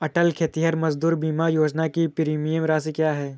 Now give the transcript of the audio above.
अटल खेतिहर मजदूर बीमा योजना की प्रीमियम राशि क्या है?